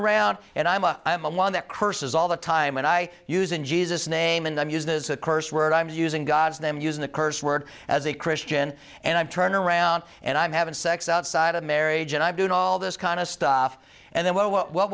around and i'm a i'm one that curses all the time and i use in jesus name and i'm used as a curse word i'm using god's name using the curse word as a christian and i'm turn around and i'm having sex outside of marriage and i'm doing all this kind of stuff and then well what